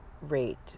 rate